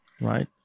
right